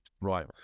right